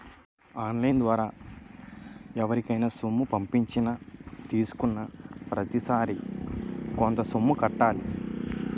on line ద్వారా ఎవరికైనా సొమ్ము పంపించినా తీసుకున్నాప్రతిసారి కొంత సొమ్ము కట్టాలి